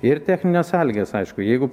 ir technines sąlygas aišku jeigu